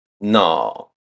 no